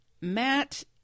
Matt